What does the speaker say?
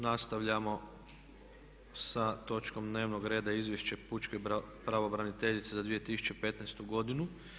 Nastavljamo sa točkom dnevnog reda Izvješće pučke pravobraniteljice za 2015.godinu.